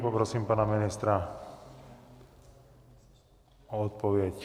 Poprosím pana ministra o odpověď.